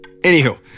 Anywho